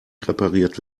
repariert